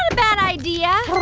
ah bad idea.